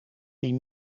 die